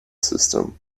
system